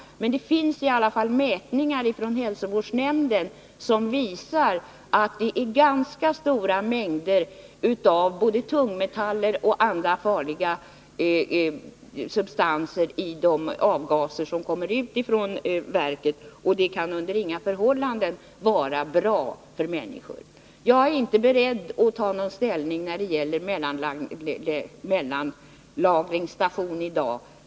Men det finns i alla fall mätningar gjorda av hälsovårdsnämnden som visar att det är ganska stora mängder av både tungmetaller och andra farliga substanser i de avgaser som kommer ut från behandlingsanläggningen. Och det kan under inga förhållanden vara bra för människor. Jag är inte beredd att i dag ta ställning i frågan om en mellanlagringsstation.